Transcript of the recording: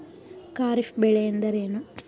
ಖಾರಿಫ್ ಬೆಳೆ ಎಂದರೇನು?